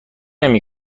نمی